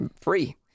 Free